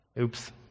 oops